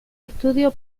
estudio